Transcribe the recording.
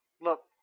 Look